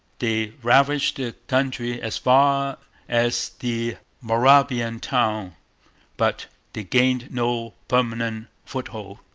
they ravaged the country as far as the moravian town but they gained no permanent foothold.